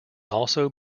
also